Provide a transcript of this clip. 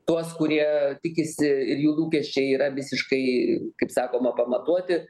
tuos kurie tikisi ir jų lūkesčiai yra visiškai kaip sakoma pamatuoti